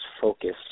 focus